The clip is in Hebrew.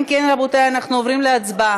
אם כן, רבותי, אנחנו עוברים להצבעה.